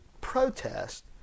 protest